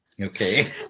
Okay